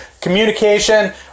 communication